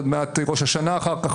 עוד מעט ראש השנה אחר כך,